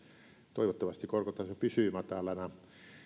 toivottavasti korkotaso pysyy matalana